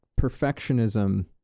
perfectionism